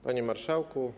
Panie Marszałku!